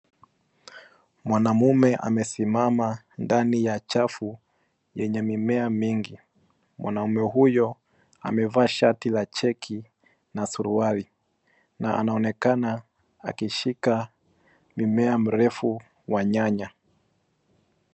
Mwanamume amesimama ndani ya chafu enye mimea nyingi, mwanaume huyo amevaa shati la cheki na suruali na anaonekana akishika mimea mrefu wa nyanya.